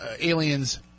aliens